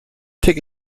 take